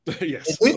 Yes